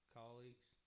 colleagues